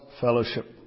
fellowship